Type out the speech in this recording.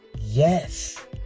Yes